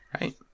Right